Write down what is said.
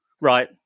right